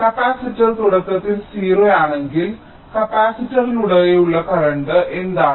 capacitor തുടക്കത്തിൽ 0 ആണെങ്കിൽ കപ്പാസിറ്ററിലൂടെയുള്ള കറന്റ് എന്താണ്